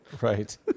Right